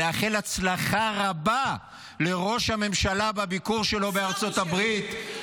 לאחל הצלחה רבה לראש הממשלה בביקור שלו בארצות הברית,